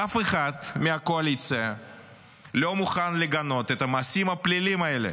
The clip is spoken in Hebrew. אף אחד מהקואליציה לא מוכן לגנות את המעשים הפליליים האלה,